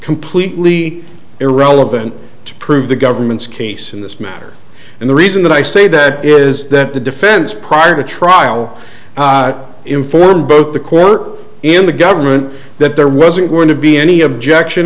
completely irrelevant to prove the government's case in this matter and the reason that i say that is that the defense prior to trial informed both the quote in the government that there wasn't going to be any objection